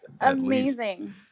amazing